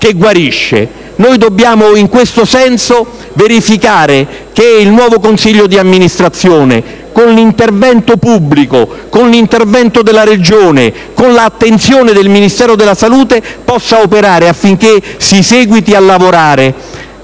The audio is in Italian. Dobbiamo verificare che il nuovo consiglio di amministrazione con l'intervento pubblico, con l'intervento della Regione, con l'attenzione del Ministero della salute sia in condizione di operare affinché si seguiti a lavorare